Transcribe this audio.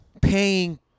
paying